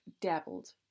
dabbled